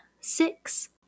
six